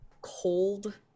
cold